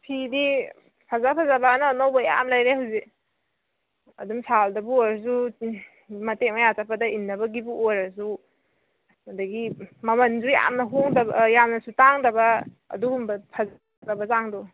ꯐꯤꯗꯤ ꯐꯖ ꯐꯖꯕ ꯑꯅꯧ ꯑꯅꯧꯕ ꯌꯥꯝ ꯂꯩꯔꯦ ꯍꯧꯖꯤꯛ ꯑꯗꯨꯝ ꯁꯥꯜꯗꯕꯨ ꯑꯣꯏꯔꯁꯨ ꯃꯇꯦꯛ ꯃꯌꯥ ꯆꯠꯄꯗ ꯏꯟꯅꯕꯒꯤꯕꯨ ꯑꯣꯏꯔꯁꯨ ꯑꯗꯒꯤ ꯃꯃꯜꯁꯨ ꯌꯥꯝꯅ ꯍꯣꯡꯗꯕ ꯌꯥꯝꯅꯁꯨ ꯇꯥꯡꯗꯕ ꯑꯗꯨꯒꯨꯝꯕ ꯐꯖꯕ ꯆꯥꯡꯗꯣ